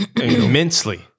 immensely